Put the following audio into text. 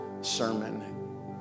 sermon